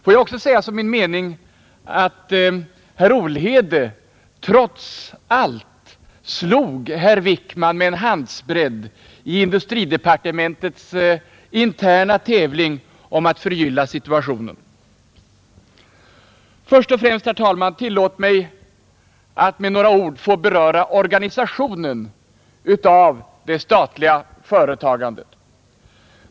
Får jag också säga som min mening, att herr Olhede trots allt slog herr Wickman med en handsbredd i industridepartementets interna tävling om att förgylla situationen. Tillåt mig först och främst, herr talman, att med några ord beröra organisationen av det statliga företagandet.